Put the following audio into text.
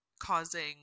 causing